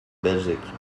belgique